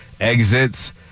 exits